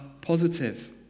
positive